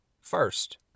first